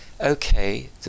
okay